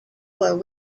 were